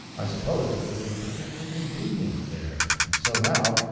i supposed it would be particularly convenient there. and so now,